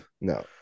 no